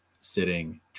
sitting